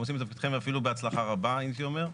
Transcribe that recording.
להתקדם להתחדשות עירונית,